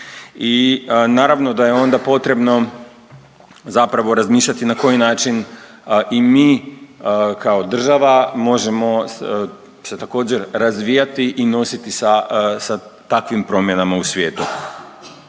i naravno da je onda potrebno zapravo razmišljati na koji način i mi kao država možemo se također razvijati i nositi sa, sa takvim promjenama u svijetu.